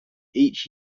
each